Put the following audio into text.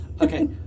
Okay